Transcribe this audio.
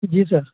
جی سر